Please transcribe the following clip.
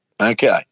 Okay